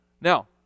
Now